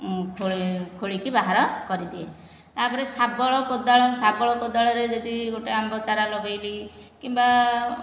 ମୁଁ ଖୋଳେ ଖୋଳିକି ବାହାର କରିଦିଏ ତାପରେ ଶାବଳ କୋଦାଳ ଶାବଳ କୋଦାଳ ରେ ଯଦି ଗୋଟେ ଆମ୍ବ ଚାରା ଲଗେଇଲି କିମ୍ବା